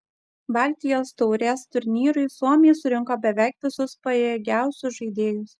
baltijos taurės turnyrui suomiai surinko beveik visus pajėgiausius žaidėjus